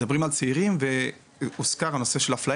אנחנו מדברים פה על צעירים והוזכר פה גם נושא אפליה,